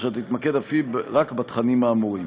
אשר תתמקד אף היא רק בתכנים האמורים.